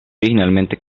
originalmente